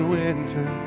winter